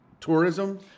tourism